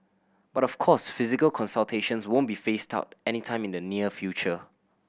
but of course physical consultations won't be phased out anytime in the near future